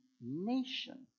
nation